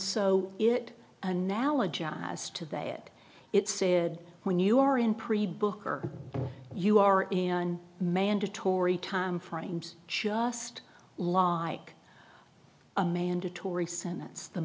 so it analogized to that it said when you are in pre book or you are in a mandatory timeframes just lie a mandatory sentence the